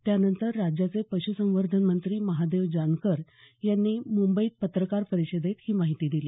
त्यानंतर राज्याचे पशूसंवर्धन मंत्री महादेव जानकर यांनी काल मुंबईत पत्रकार परिषदेत ही माहिती दिली